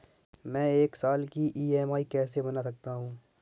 मैं एक साल की ई.एम.आई कैसे बना सकती हूँ?